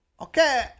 Okay